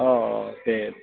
औ औ दे